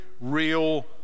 real